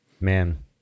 Man